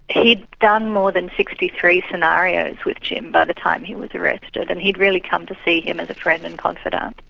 he had done more than sixty three scenarios with jim by the time he was arrested and he had really come to see him as a friend and confidante.